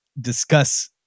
discuss